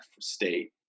state